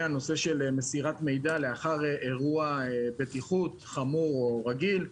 הנושא של מסירת מידע לאחר אירוע בטיחות חמור או רגיל.